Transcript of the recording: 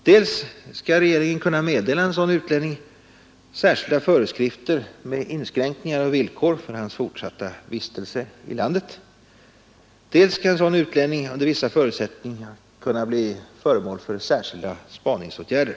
Dels skall regeringen kunna meddela en sådan utlänning särkilda föreskrifter med inskränkningar och villkor för hans fortsatta vistelse i landet, dels skall sådan utlänning under vissa förutsättningar kunna bli föremål för särskilda spaningsåtgärder.